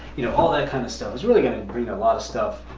you know, all that kind of stuff is really gonna bring a lot of stuff,